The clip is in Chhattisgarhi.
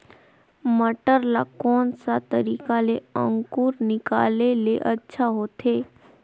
मटर ला कोन सा तरीका ले अंकुर निकाले ले अच्छा होथे?